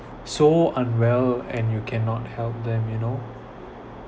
so unwell and you cannot help them you know